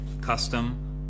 custom